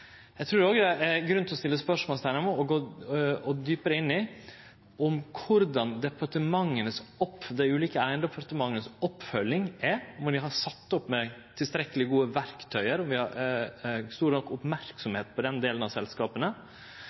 Eg trur òg det er grunn til å setje spørsmålsteikn ved og gå djupare inn i korleis dei ulike departementas oppfølging er, om dei er sette opp med tilstrekkeleg gode verktøy – om det er stor nok merksemd på den delen av selskapa.